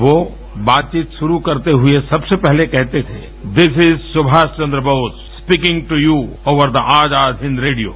वो बातचीत शुरू करते हुए सबसे पहले कहते थे this is Subhash Chandra Bose speaking to you over the Azad Hind radio